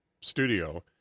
studio